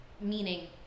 meaning